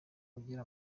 ugira